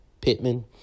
Pittman